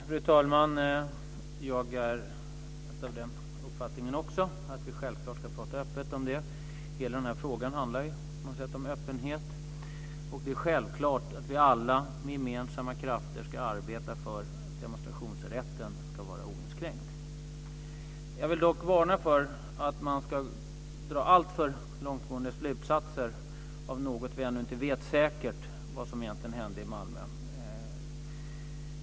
Fru talman! Jag är av samma uppfattning, att vi självfallet ska prata öppet om detta. Hela denna fråga handlar ju om öppenhet. Det är självklart att vi alla med gemensamma krafter ska arbeta för att demonstrationsrätten ska vara oinskränkt. Jag vill dock varna för att man ska dra alltför långtgående slutsatser eftersom vi ännu inte vet säkert vad som hände i Malmö.